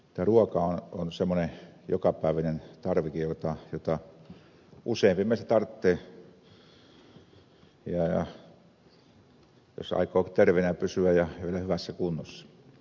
ruoka on semmoinen jokapäiväinen tarvike jota useampi meistä tarvitsee jos aikoo terveenä pysyä ja hyvässä kunnossa